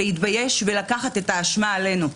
להתבייש ולקחת את האשמה עלינו.